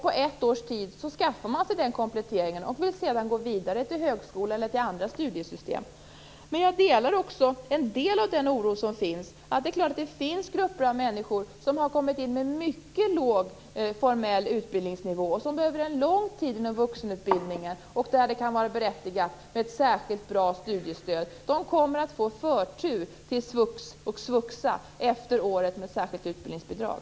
På ett års tid skaffar de sig den kompletteringen och går sedan vidare till högskola eller andra studiesystem. Jag delar oron för vissa grupper av människor, som har kommit in med mycket låg formell utbildningsnivå och som behöver en lång tid inom vuxenutbildningen. För dem kan det vara berättigat med ett särskilt bra studiestöd. De kommer att få förtur till svux och svuxa efter året med särskilt utbildningsbidrag.